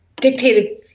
dictated